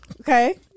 okay